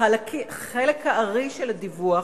חלק הארי של הדיווח,